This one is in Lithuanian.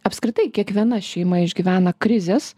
apskritai kiekviena šeima išgyvena krizes